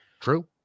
true